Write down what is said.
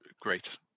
great